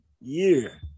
year